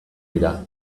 dira